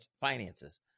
Finances